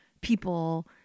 people